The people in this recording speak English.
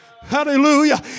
Hallelujah